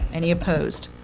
any opposed?